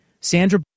Sandra